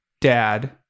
Dad